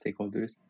stakeholders